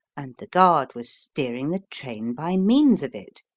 and the guard was steering the train by means of it,